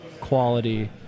quality